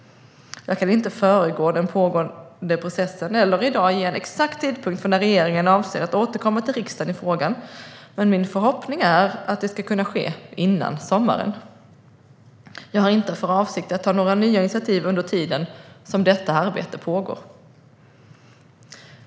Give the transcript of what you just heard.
Jag kan inte föregå den pågående processen eller i dag ge en exakt tidpunkt för när regeringen avser att återkomma till riksdagen i frågan, men min förhoppning är att detta ska kunna ske före sommaren. Jag har inte för avsikt att ta några nya initiativ under tiden som detta arbete pågår.